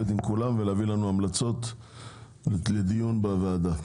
עם כולם ולהעביר אלינו המלצות לדיון בוועדה.